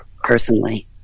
personally